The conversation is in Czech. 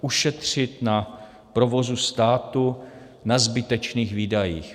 Ušetřit na provozu státu na zbytečných výdajích.